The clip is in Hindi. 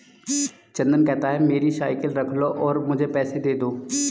चंदन कहता है, मेरी साइकिल रख लो और मुझे पैसे दे दो